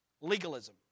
Legalism